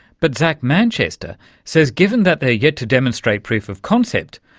but zac manchester says given that they're yet to demonstrate proof of concept,